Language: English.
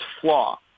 flaw